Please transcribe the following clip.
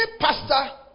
pastor